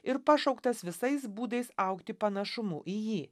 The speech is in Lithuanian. ir pašauktas visais būdais augti panašumu į jį